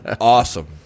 awesome